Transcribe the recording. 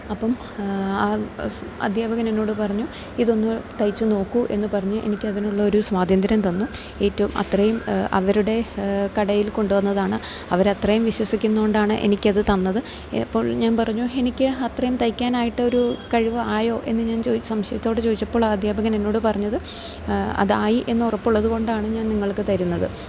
അപ്പം ആ അദ്ധ്യാപകന് എന്നോട് പറഞ്ഞു ഇതൊന്ന് തയ്ച്ച് നോക്കൂ എന്ന് പറഞ്ഞ് എനിക്ക് അതിനുള്ള ഒരു സ്വാതന്ത്ര്യം തന്നു ഏറ്റവും അത്രയും അവരുടെ കടയിൽ കൊണ്ടു വന്നതാണ് അവർ അത്രയും വിശ്വസിക്കുന്ന കൊണ്ടാണ് എനിക്ക് അത് തന്നത് ഇപ്പോൾ ഞാൻ പറഞ്ഞു എനിക്ക് അത്രയും തയ്ക്കാനായിട്ട് ഒരു കഴിവ് ആയോ എന്ന് ഞാൻ ചോദിച്ചു സംശയത്തോട് ചോദിച്ചപ്പോള് ആ അദ്ധ്യാപകൻ എന്നോട് പറഞ്ഞത് അതായി എന്ന് ഉറപ്പ് ഉള്ളത് കൊണ്ടാണ് ഞാൻ നിങ്ങൾക്ക് തരുന്നത്